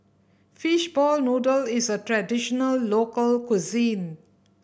fishball noodle is a traditional local cuisine